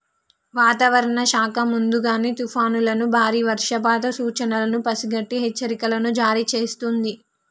వాతావరణ శాఖ ముందుగానే తుఫానులను బారి వర్షపాత సూచనలను పసిగట్టి హెచ్చరికలను జారీ చేస్తుంది